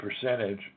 percentage